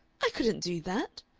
i couldn't do that,